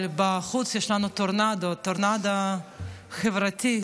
אבל בחוץ יש לנו טורנדו, טורנדו חברתי,